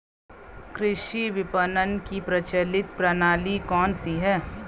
कृषि विपणन की प्रचलित प्रणाली कौन सी है?